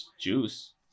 Juice